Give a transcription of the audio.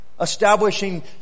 Establishing